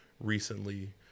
recently